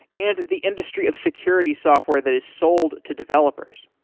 and the industry of security software that is sold to developers.